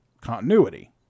Continuity